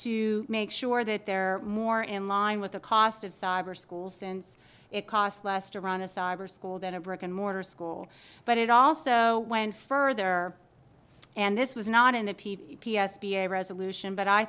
to make sure that there are more in line with the cost of cyber schools since it costs less to run a cyber school than a brick and mortar school but it also went further and this was not in the p p s b a resolution but i